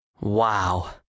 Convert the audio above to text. Wow